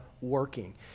working